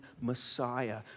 Messiah